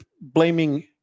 blaming